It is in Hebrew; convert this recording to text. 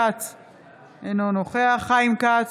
אינו נוכח אופיר כץ,